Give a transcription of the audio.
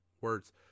words